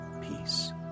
peace